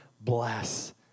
bless